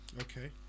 Okay